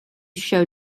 show